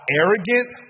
arrogant